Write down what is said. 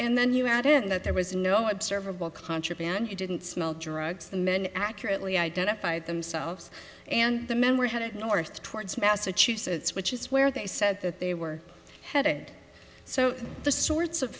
and then you add in that there was no observable contraband you didn't smell drugs the men accurately identify themselves and the men were headed north towards massachusetts which is where they said that they were headed so the sorts of